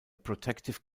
protective